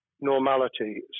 normality